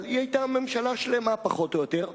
אבל היא היתה ממשלה שלמה, פחות או יותר,